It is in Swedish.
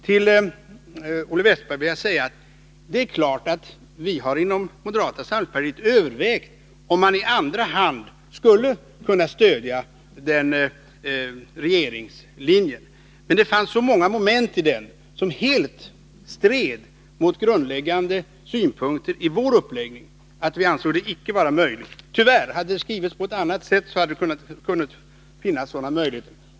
Till Olle Wästberg vill jag säga att det är klart att vi har inom moderata samlingspartiet övervägt om vi i andra hand skulle stödja regeringslinjen. Men det fanns så många moment i den som helt stred mot grundläggande synpunkter i vår uppläggning att vi ansåg det icke vara möjligt — tyvärr. Hade propositionen skrivits på ett annat sätt, hade det kunnat finnas sådana möjligheter.